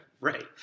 right